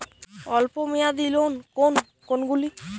অল্প মেয়াদি লোন কোন কোনগুলি?